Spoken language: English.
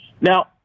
Now